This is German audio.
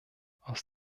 aus